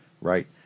right